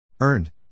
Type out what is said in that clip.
earned